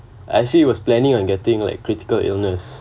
actually it was planning on getting like critical illness